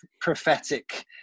prophetic